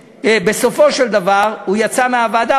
בסופו של דבר הוא יצא מהוועדה,